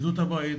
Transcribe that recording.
את הבית,